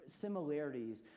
similarities